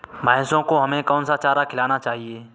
भैंसों को हमें कौन सा चारा खिलाना चाहिए?